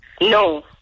No